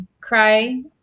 Cry